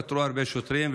התפטרו הרבה שוטרים,